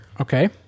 Okay